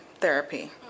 therapy